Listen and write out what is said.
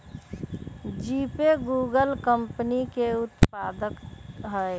GPay Google company के उत्पाद हइ